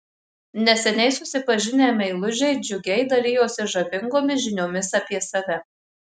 neseniai susipažinę meilužiai džiugiai dalijosi žavingomis žiniomis apie save